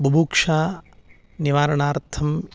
बुभुक्षा निवारणार्थं